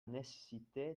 nécessité